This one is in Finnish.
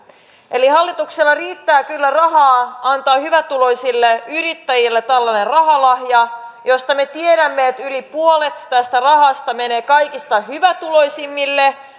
eli hallituksella riittää kyllä rahaa antaa hyvätuloisille yrittäjille tällainen rahalahja josta me tiedämme että yli puolet tästä rahasta menee kaikista hyvätuloisimmille